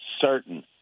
certain